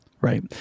Right